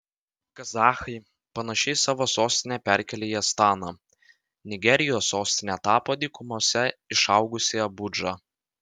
kazachai panašiai savo sostinę perkėlė į astaną nigerijos sostine tapo dykumose išaugusi abudža